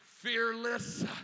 Fearless